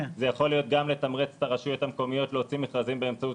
זה יכול להיות גם לתמרץ את הרשויות המקומיות להוציא מכרזים באמצעות